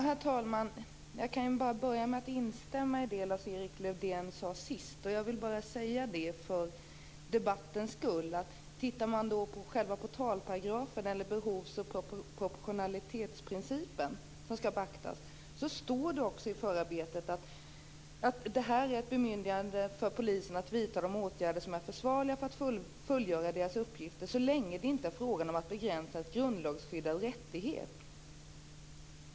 Herr talman! Jag vill börja med att instämma i det Lars-Erik Lövdén sade sist. För debattens skull vill jag bara säga att tittar man på själva portalparagrafen eller behovs och proportionalitetsprincipen som skall beaktas står det också i förarbetet att det är fråga om ett bemyndigande för polisen att vidta de åtgärder som är försvarliga för att fullgöra deras uppgifter så länge det inte är fråga om att begränsa en grundlagsskyddad rättighet.